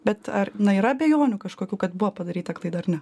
bet ar na yra abejonių kažkokių kad buvo padaryta klaida ar ne